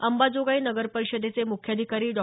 अंबाजोगाई नगर परिषदेचे मुख्याधिकारी डॉ